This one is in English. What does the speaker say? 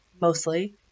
mostly